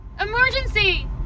emergency